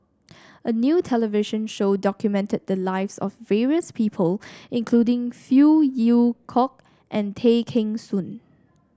a new television show documented the lives of various people including Phey Yew Kok and Tay Kheng Soon